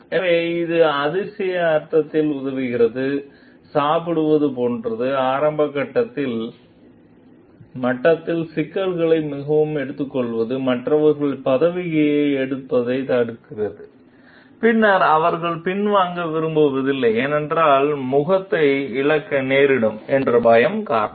எனவே இது அதிசய அர்த்தத்தில் உதவுகிறது சாப்பிடுவது போன்ற ஆரம்ப கட்ட மட்டத்தில் சிக்கலை மிகவும் எடுத்துக்கொள்வது மற்றவர்களை பதவிகளை எடுப்பதைத் தடுக்கிறது பின்னர் அவர்கள் பின்வாங்க விரும்புவதில்லை ஏனெனில் முகத்தை இழக்க நேரிடும் என்ற பயம் காரணமாக